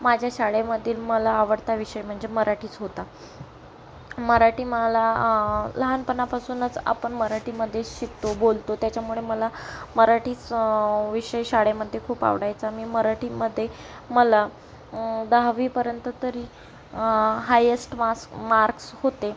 माझ्या शाळेमधील मला आवडता विषय म्हणजे मराठीच होता मराठी मला लहानपणापासूनच आपण मराठीमध्ये शिकतो बोलतो त्याच्यामुळे मला मराठीच विषय शाळेमध्ये खूप आवडायचा मी मराठीमध्ये मला दहावीपर्यंत तरी हायेस्ट मास्क मार्क्स होते